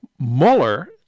Mueller